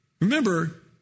Remember